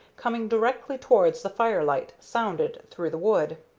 coming directly towards the fire-light, sounded through the wood.